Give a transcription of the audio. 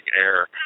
air